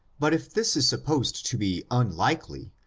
but if this is supposed to be unlikely,